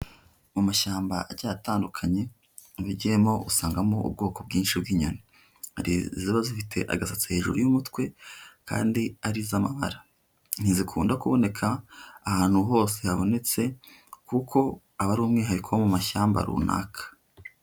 Mu mashyamba agiye atandukanye, uyagiyemo usangamo ubwoko bwinshi bw'inyoni, hari iziba zifite agasatsi hejuru y'umutwe kandi ari iz'amabara, ntizikunda kuboneka ahantu hose habonetse kuko aba ari umwihariko mu mashyamba runaka.